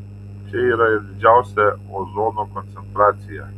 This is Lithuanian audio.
čia yra ir didžiausia ozono koncentracija